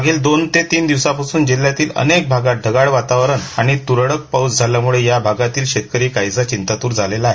मागिल दोन ते तीन दिवसापासून जिल्ह्यातील अनेक भागात ढगाळ वातावरण आणि त्रळक पाऊस झाल्याम्ळे या भागातील शेतकरी काहीसा चिंतातूर झाला आहे